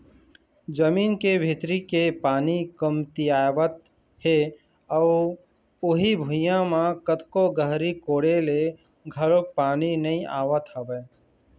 जमीन के भीतरी के पानी कमतियावत हे अउ उही भुइयां म कतको गहरी कोड़े ले घलोक पानी नइ आवत हवय